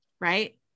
Right